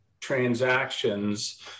transactions